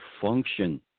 function